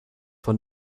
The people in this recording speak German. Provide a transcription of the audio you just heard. von